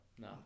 No